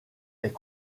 est